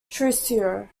thrissur